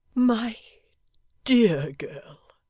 my dear girl